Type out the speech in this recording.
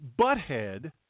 butthead